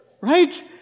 right